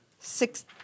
Six